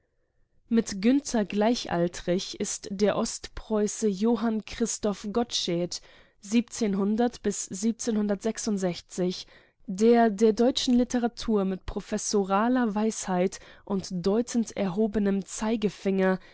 mit günther gleichaltrig ist der ostpreuße johann christoph gottsched der der deutschen literatur mit professoraler weisheit und deutend erhobenem zeigefinger